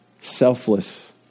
selfless